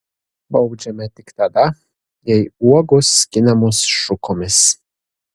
baudžiame tik tada jei uogos skinamos šukomis